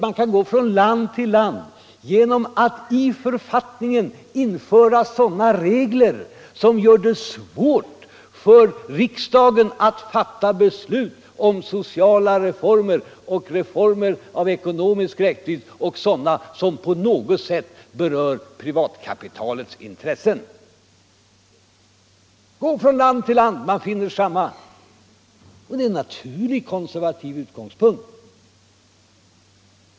Man kan gå från land till land och finna samma företeelser: Man inför i författningen regler som gör det svårt för riksdagen att fatta beslut om sociala reformer, reformer med ekonomisk räckvidd och reformer som på något sätt berör privatkapitalets intresse. Det är en naturlig konservativ utgångspunkt.